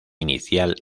inicial